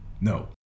no